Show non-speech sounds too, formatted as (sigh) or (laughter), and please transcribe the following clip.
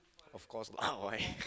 of course lah why (laughs)